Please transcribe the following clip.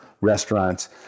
restaurants